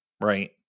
Right